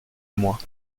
mois